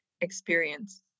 experience